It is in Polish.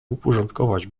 uporządkować